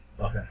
Okay